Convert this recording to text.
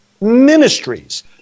ministries